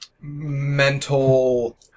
mental